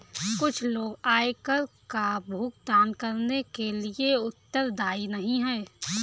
कुछ लोग आयकर का भुगतान करने के लिए उत्तरदायी नहीं हैं